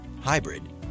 hybrid